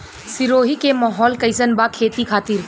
सिरोही के माहौल कईसन बा खेती खातिर?